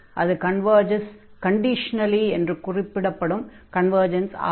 அது converges conditionally என்று குறிப்பிடப்படும் கன்வர்ஜன்ஸ் ஆகும்